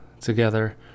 together